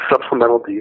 supplemental